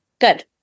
Good